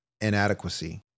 inadequacy